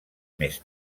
més